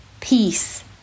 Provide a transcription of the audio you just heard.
peace